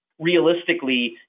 Realistically